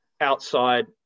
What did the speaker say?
outside